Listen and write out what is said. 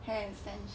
hair extension